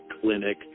clinic